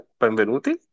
benvenuti